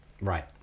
Right